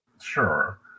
Sure